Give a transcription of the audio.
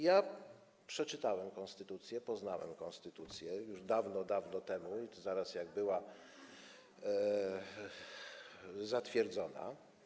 Ja przeczytałem konstytucję, poznałem konstytucję, już dawno, dawno temu, zaraz po tym, jak była zatwierdzona.